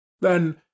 Then